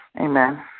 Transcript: Amen